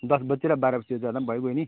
दस बजीतिर बाह्र बजीतिर जाँदा पनि भइगयो नि